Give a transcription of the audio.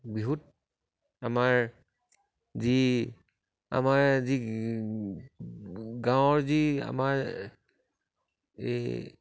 বিহুত আমাৰ যি আমাৰ যি গাঁৱৰ যি আমাৰ এই